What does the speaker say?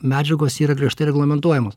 medžiagos yra griežtai reglamentuojamos